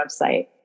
website